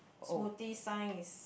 smoothie sign is